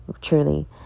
truly